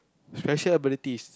special abilities